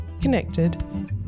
connected